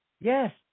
Yes